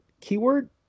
keyword